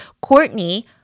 Courtney